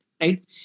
Right